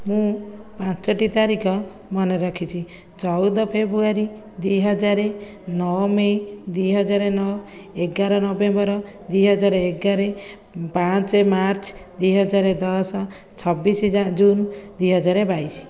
ମୁଁ ପାଞ୍ଚଟି ତାରିଖ ମନେରଖିଛି ଚଉଦ ଫେବୃଆରୀ ଦୁଇ ହଜାର ନଅ ମେ' ଦୁଇ ହଜାର ନଅ ଏଗାର ନଭେମ୍ବର ଦୁଇ ହଜାର ଏଗାର ପାଞ୍ଚ ମାର୍ଚ୍ଚ ଦୁଇ ହଜାର ଦଶ ଛବିଶ ଜୁନ ଦୁଇ ହଜାର ବାଇଶ